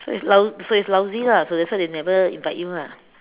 so it's lou~ so it's lousy lah so that's why they never invite you lah